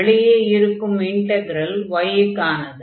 வெளியே இருக்கும் integral y க்கானது